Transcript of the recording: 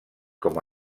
com